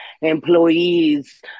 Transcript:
employees